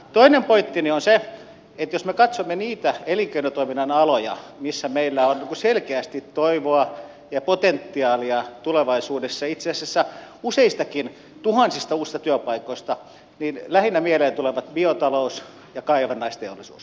toinen pointtini on se että jos me katsomme niitä elinkeinotoiminnan aloja missä meillä on selkeästi toivoa ja potentiaalia tulevaisuudessa itse asiassa useistakin tuhansista uusista työpaikoista niin lähinnä mieleen tulevat biotalous ja kaivannaisteollisuus